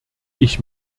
ich